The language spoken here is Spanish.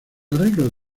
arreglo